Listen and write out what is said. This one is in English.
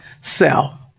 Self